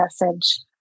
message